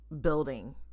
building